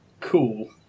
Cool